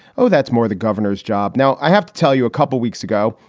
oh, that's more the governor's job. now, i have to tell you, a couple weeks ago,